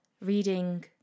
reading